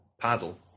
paddle